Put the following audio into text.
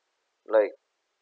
like